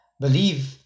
believe